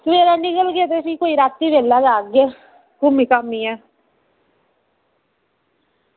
सबेरै निकलगे ते भी रातीं बेल्लै गै आह्गे घुम्मी घाम्मियै